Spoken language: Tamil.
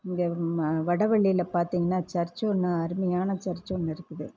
இந்த வடவள்ளியில் பார்த்திங்கன்னா சர்ச் ஒன்று அருமையான சர்ச் ஒன்று இருக்குது